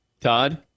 Todd